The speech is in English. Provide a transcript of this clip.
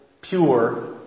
pure